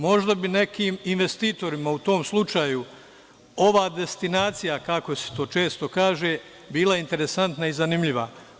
Možda bi nekim investitorima u tom slučaju ova destinacija, kako se to često kaže, bila interesantna i zanimljiva.